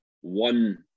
one